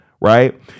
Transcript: right